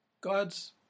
God's